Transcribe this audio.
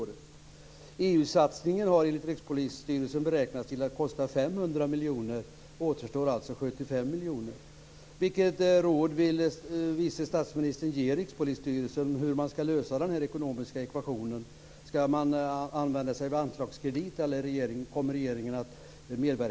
EU-satsningen har av Rikspolisstyrelsen beräknats kosta 500 miljoner, och det återstår alltså 75 miljoner.